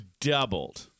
doubled